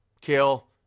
kill